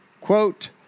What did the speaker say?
Quote